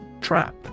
Trap